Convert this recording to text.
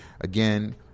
Again